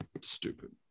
stupid